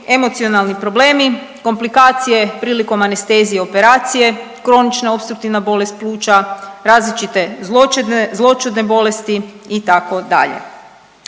emocionalni problemi, komplikacije prilikom anestezije operacije, kronična opstruktivna bolest pluća, različite zloćudne bolesti itd..